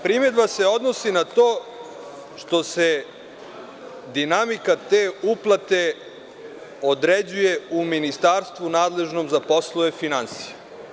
Primedba se odnosi na to što se dinamika te uplate određuje u ministarstvu nadležnom za poslove finansija.